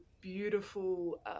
beautiful